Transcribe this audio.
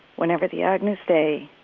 whenever the agnus dei,